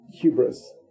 hubris